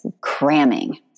cramming